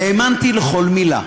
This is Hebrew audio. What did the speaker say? והאמנתי לכל מילה.